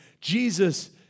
Jesus